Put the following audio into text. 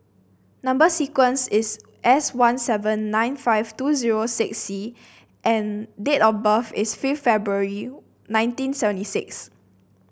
number sequence is S one seven nine five two zero six C and date of birth is fifth February nineteen seventy six